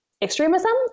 extremism